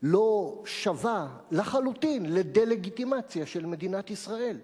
לא שווה לחלוטין לדה-לגיטימציה של מדינת ישראל?